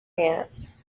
ants